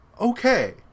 okay